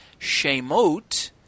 Shemot